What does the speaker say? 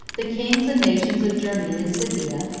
the kings and nations of germany and scythia,